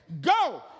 go